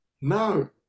No